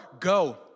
Go